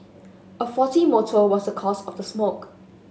a faulty motor was the cause of the smoke